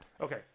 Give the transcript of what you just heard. Okay